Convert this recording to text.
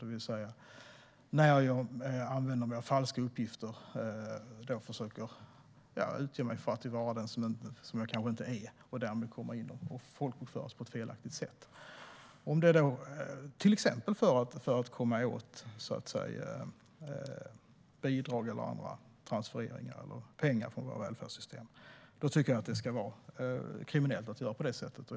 Det gäller när jag använder mig av falska uppgifter och försöker utge mig för att vara den jag kanske inte är och därmed folkbokförs på ett felaktigt sätt. Det kan till exempel vara för att komma åt bidrag, andra transfereringar eller pengar från våra välfärdssystem. Det ska vara kriminellt att göra på det sättet.